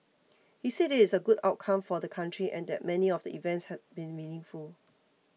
he said it is a good outcome for the country and that many of the events had been meaningful